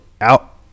out